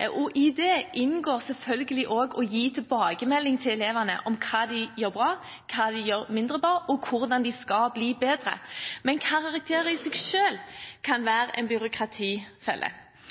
I det inngår selvfølgelig også å gi tilbakemelding til elevene om hva de gjør bra, hva de gjør mindre bra, og hvordan de skal bli bedre. Men karakterer i seg selv kan være en byråkratifelle.